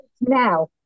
now